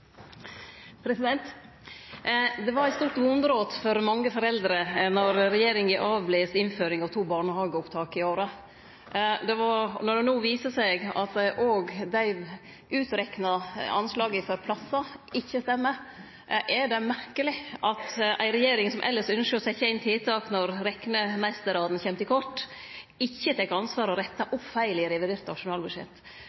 Det var eit stort vonbrot for mange foreldre då regjeringa stoppa innføringa av to barnehageopptak i året. Når det no òg viser seg at dei utrekna anslaga for plassar ikkje stemmer, er det merkeleg at ei regjering som elles ynskjer å setje inn tiltak når reknemeistrane kjem til kort, ikkje tek ansvar